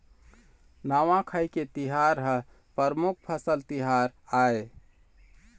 नवाखाई के तिहार ह परमुख फसल तिहार आय